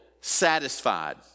satisfied